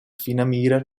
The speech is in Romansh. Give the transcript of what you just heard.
finamira